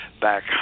back